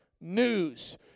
news